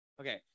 Okay